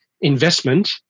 investment